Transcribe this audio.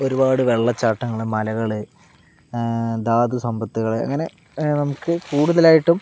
ഒരുപാടു വെള്ളച്ചാട്ടങ്ങൾ മലകൾ ധാതു സമ്പത്തുകൾ അങ്ങനെ നമുക്ക് കൂടുതലായിട്ടും